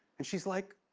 and she's like.